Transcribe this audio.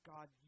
God